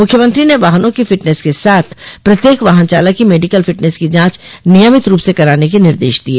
मुख्यमंत्री ने वाहनों की फिटनेस के साथ प्रत्येक वाहन चालक की मेडिकल फिटनेस की जांच नियमित रूप से कराने के निर्देश दिये